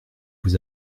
vous